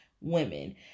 women